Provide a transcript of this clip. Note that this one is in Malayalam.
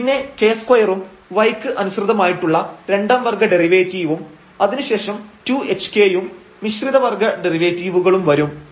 പിന്നെ k2 ഉം y ക്ക് അനുസൃതമായിട്ടുള്ള രണ്ടാം വർഗ്ഗ ഡെറിവേറ്റീവും അതിനുശേഷം 2 hk യും മിശ്രിത വർഗ്ഗ ഡെറിവേറ്റീവുകളും വരും